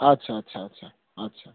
আচ্ছা আচ্ছা আচ্ছা আচ্ছা